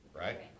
right